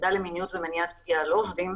יחידה למיניות ומניעת פגיעה לא עובדים.